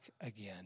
again